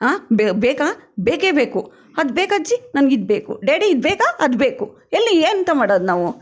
ಬೆ ಬೇಕಾ ಬೇಕೇ ಬೇಕು ಅದು ಬೇಕಜ್ಜಿ ನನಗೆ ಇದು ಬೇಕು ಡ್ಯಾಡಿ ಇದು ಬೇಕಾ ಅದು ಬೇಕು ಎಲ್ಲಿ ಎಂತ ಮಾಡೋದು ನಾವು